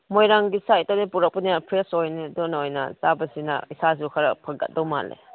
ꯃꯣꯏꯔꯥꯡꯒꯤ ꯁꯥꯏꯠꯇ ꯂꯣꯏ ꯄꯨꯔꯛꯄꯅꯦ ꯐ꯭ꯔꯦꯁ ꯑꯣꯏꯅꯤ ꯑꯗꯨꯅ ꯑꯣꯏꯅ ꯆꯥꯕꯁꯤꯅ ꯏꯁꯥꯁꯨ ꯈꯔ ꯐꯒꯠꯇꯧ ꯃꯥꯜꯂꯦ